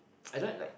I don't like